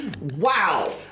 Wow